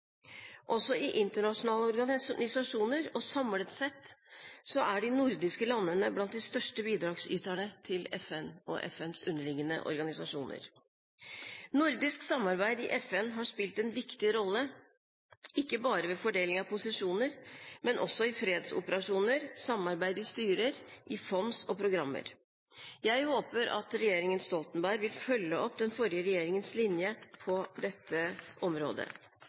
Også i internasjonale organisasjoner og samlet sett er de nordiske landene blant de største bidragsyterne til FN og FNs underliggende organisasjoner. Nordisk samarbeid i FN har spilt en viktig rolle – ikke bare ved fordeling av posisjoner, men også i fredsoperasjoner, i samarbeid i styrer, i fond og i programmer. Jeg håper at regjeringen Solberg vil følge opp den forrige regjeringens linje på dette området.